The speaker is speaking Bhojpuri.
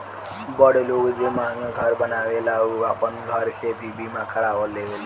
बड़ लोग जे महंगा घर बनावेला उ आपन घर के भी बीमा करवा लेवेला